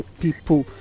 people